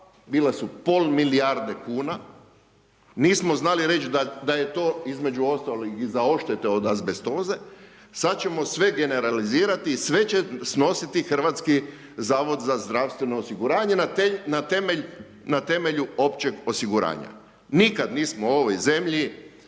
Bila su pola milijarde kuna. Nismo znali reći da je to između ostaloga i za odštete od azbestoze. Sada ćemo sve generalizirati i sve će snositi Hrvatski zavod za zdravstveno osiguranje na temelju općeg osiguranja. Nikada nismo u ovoj zemlji